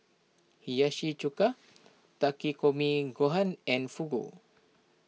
Hiyashi Chuka Takikomi Gohan and Fugu